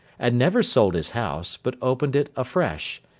and never sold his house, but opened it afresh,